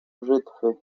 brzytwy